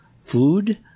food